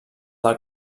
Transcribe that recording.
del